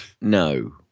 no